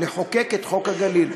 לחוקק את חוק הגליל,